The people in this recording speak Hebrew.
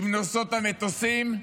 עם נושאות המטוסים,